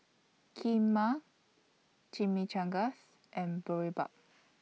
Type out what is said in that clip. Kheema Chimichangas and Boribap